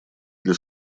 для